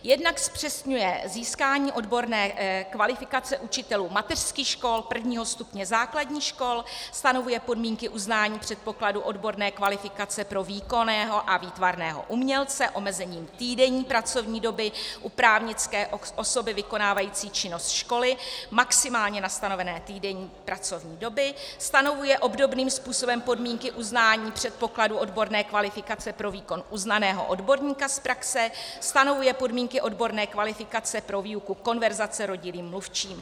Jednak zpřesňuje získání odborné kvalifikace učitelů mateřských škol, prvního stupně základních škol, stanovuje podmínky uznání předpokladu odborné kvalifikace pro výkonného a výtvarného umělce, omezení týdenní pracovní doby u právnické osoby vykonávající činnost školy maximálně na stanovené týdenní pracovní doby, stanovuje obdobným způsobem podmínky uznání předpokladu odborné kvalifikace pro výkon uznaného odborníka z praxe, stanovuje podmínky odborné kvalifikace pro výuku konverzace rodilým mluvčím.